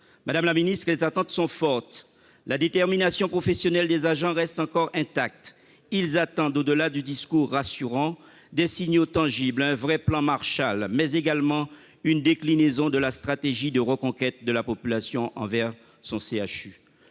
Madame la ministre, les attentes sont fortes et la détermination professionnelle des agents est encore intacte. Ces derniers attendent, au-delà des discours rassurants, des signaux tangibles, un vrai plan Marshall, mais également une déclinaison de la stratégie de reconquête de la population envers son CHU.